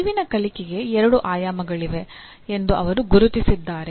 ಅರಿವಿನ ಕಲಿಕೆಗೆ ಎರಡು ಆಯಾಮಗಳಿವೆ ಎಂದು ಅವರು ಗುರುತಿಸಿದ್ದಾರೆ